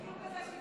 כל הכבוד.